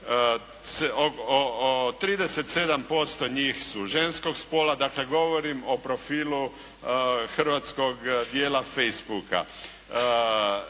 37% njih su ženskog spola, dakle govorim o profilu hrvatskog dijela face booka.